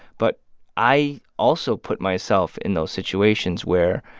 but i also put myself in those situations where,